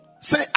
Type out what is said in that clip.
Say